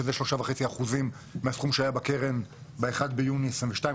שזה 3.5% מהסכום שהיה בקרן ב-1 ביוני 22',